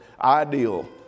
ideal